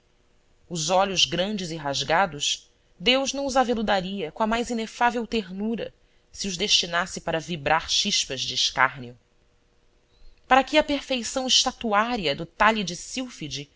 os olhos grandes e rasgados deus não os aveludaria com a mais inefável ternura se os destinasse para vibrar chispas de escárnio para que a perfeição estatuária do talhe de